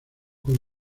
con